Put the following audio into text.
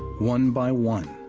one by one,